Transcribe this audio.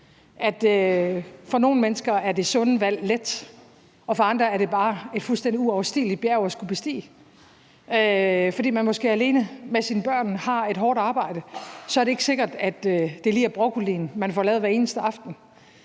For nogle mennesker er det sunde valg let, og for andre er det bare et fuldstændig uoverstigeligt bjerg at skulle bestige, fordi man måske er alene med sine børn og har et hårdt arbejde; så er det ikke sikkert, at det lige er broccolien, man får lavet hver eneste aften.